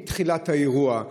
מתחילת האירוע,